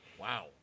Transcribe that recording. Wow